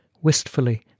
wistfully